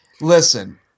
Listen